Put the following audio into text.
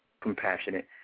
compassionate